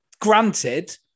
granted